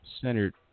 centered